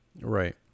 right